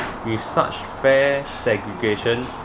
with such fair segregation